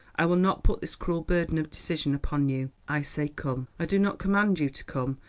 i will not put this cruel burden of decision upon you. i say come! i do not command you to come,